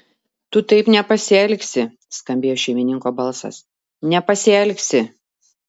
tu taip nepasielgsi skambėjo šeimininko balsas nepasielgsi